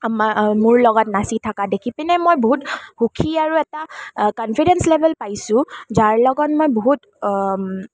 মোৰ লগত নাচি থকা দেখি পিনে মই বহুত সুখী আৰু এটা কন্ফিডেন্স লেভেল পাইছোঁ যাৰ লগত মই বহুত